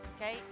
okay